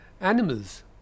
animals